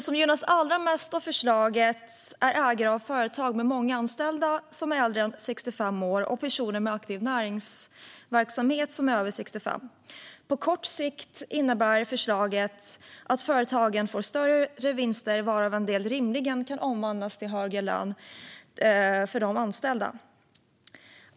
De som gynnas allra mest av förslaget är ägare av företag med många anställda som är äldre än 65 år och personer med aktiv näringsverksamhet som är över 65 år. På kort sikt innebär förslaget att företagen får större vinster, varav en del rimligen omvandlas till högre lön för de anställda.